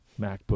MacBook